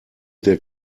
der